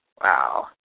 Wow